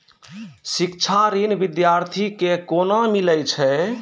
शिक्षा ऋण बिद्यार्थी के कोना मिलै छै?